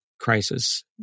crisis